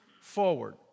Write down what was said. forward